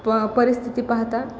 प परिस्थिती पाहता